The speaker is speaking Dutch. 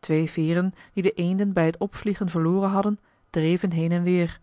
twee veeren die de eenden bij het opvliegen verloren hadden dreven heen en weer